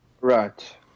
Right